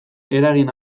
eragin